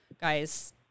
guys